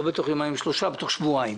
אם לא בתוך יומיים-שלושה בתוך שבועיים,